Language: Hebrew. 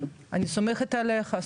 אני סומכת עליך,